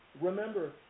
Remember